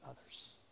others